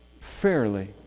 fairly